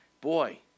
boy